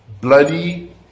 bloody